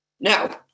Now